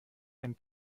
ein